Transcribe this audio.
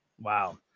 wow